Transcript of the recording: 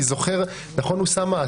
אוסאמה,